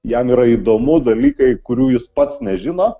jam yra įdomu dalykai kurių jis pats nežino